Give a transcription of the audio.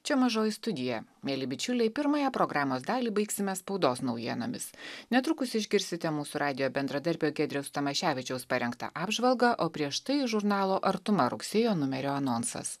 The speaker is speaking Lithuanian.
čia mažoji studija mieli bičiuliai pirmąją programos dalį baigsime spaudos naujienomis netrukus išgirsite mūsų radijo bendradarbio giedriaus tamoševičiaus parengtą apžvalgą o prieš tai žurnalo artuma rugsėjo numerio anonsas